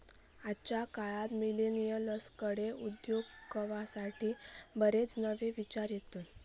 आजच्या काळात मिलेनियल्सकडे उद्योगवाढीसाठी बरेच नवे विचार येतत